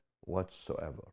whatsoever